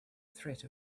threat